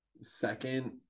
second